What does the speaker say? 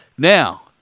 Now